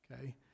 okay